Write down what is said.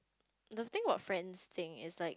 the thing about friends thing is like